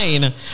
nine